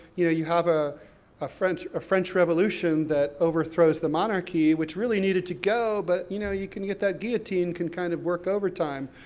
you know, you have ah ah a french revolution that overthrows the monarchy, which really needed to go, but you know, you can get, that guillotine can kind of work overtime.